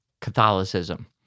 Catholicism